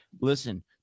listen